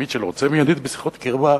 ומיטשל רוצה מיידית בשיחות קרבה,